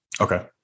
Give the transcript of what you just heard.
Okay